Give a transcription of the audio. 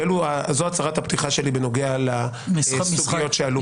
זו הצהרת הפתיחה שלי בנוגע לסוגיות שעלו פה.